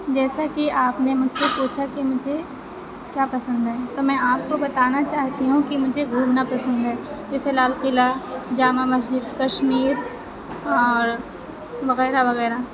جیسا کہ آپ نے مجھ سے پوچھا کہ مجھے کیا پسند ہے تو میں آپ کو بتانا چاہتی ہوں کہ مجھے گھومنا پسند ہے جیسے لال قلعہ جامع مسجد کشمیر اور وغیرہ وغیرہ